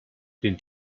den